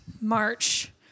March